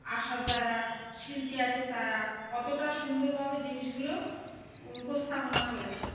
আর সব যারা শিল্পী আছে তারা অতটা সুন্দরভাবে জিনিসগুলো উপস্থাপনা করেছে